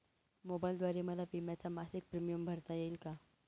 मोबाईलद्वारे मला विम्याचा मासिक प्रीमियम भरता येईल का?